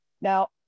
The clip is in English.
Now